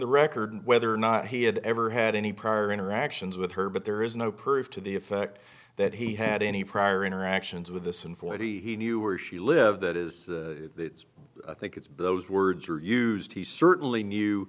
the record whether or not he had ever had any prior interactions with her but there is no proof to the effect that he had any prior interactions with this and forty he knew where she lived that is think it's the those words are used he certainly knew